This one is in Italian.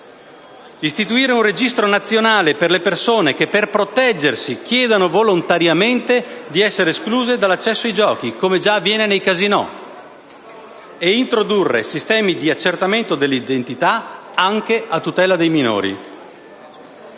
istituire un registro nazionale per le persone che, per proteggersi, chiedono volontariamente di essere escluse dall'accesso ai giochi, come già avviene nei casinò, ed introdurre sistemi di accertamento dell'identità anche a tutela dei minori.